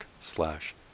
slash